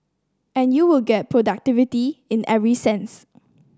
and you would get productivity in every sense